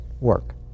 work